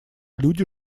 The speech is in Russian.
люди